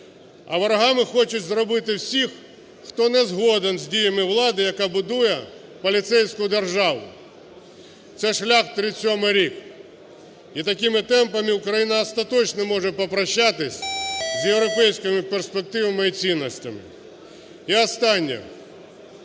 А ворогами хочуть зробити всіх, хто не згоден з діями влади, яка будує поліцейську державу, це шлях 1937 рік. І такими темпами Україна остаточно може попрощатися з європейськими перспективами і цінностями. І останнє.